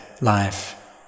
life